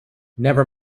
never